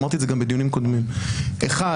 אמרתי את זה גם בדיונים קודמים: האחד,